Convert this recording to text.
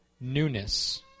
newness